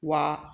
വാ